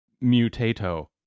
mutato